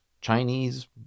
Chinese